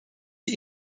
die